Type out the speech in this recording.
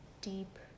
Deep